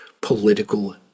political